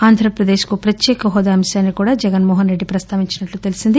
ఆంధ్రప్రదేశ్ కు ప్రత్యేకహోదా అంశాన్ని కూడా జగన్మోహన్ రెడ్లి ప్రస్తావించినట్టు తెలిసింది